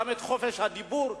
גם את חופש הדיבור,